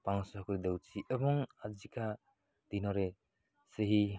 ପାଉଁଶ କରିଦେଉଛି ଏବଂ ଆଜିକା ଦିନରେ ସେହି